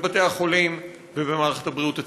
בבתי החולים ובמערכת הבריאות הציבורית?